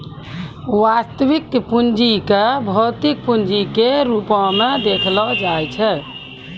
वास्तविक पूंजी क भौतिक पूंजी के रूपो म देखलो जाय छै